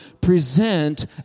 present